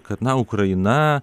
kad na ukraina